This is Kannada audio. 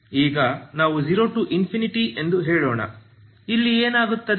ಈಗ ನಾವು 0 ∞ ಎಂದು ಹೇಳೋಣ ಇಲ್ಲಿ ಏನಾಗುತ್ತದೆ